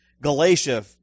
Galatia